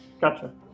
Gotcha